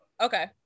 Okay